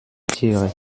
tiere